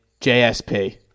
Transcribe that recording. JSP